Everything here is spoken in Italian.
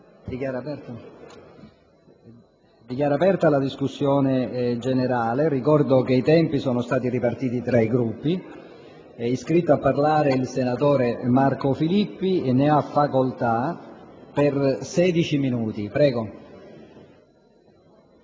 Dichiaro aperta la discussione generale. Ricordo che i tempi sono stati ripartiti tra i Gruppi. È iscritta a parlare la senatrice Incostante per 16 minuti. Ne